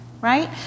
Right